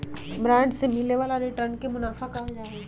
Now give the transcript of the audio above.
bond से मिले वाला रिटर्न के मुनाफा कहल जाहई